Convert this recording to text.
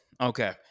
okay